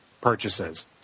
purchases